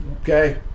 Okay